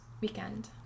Weekend